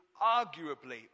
arguably